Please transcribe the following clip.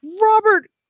Robert